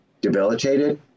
debilitated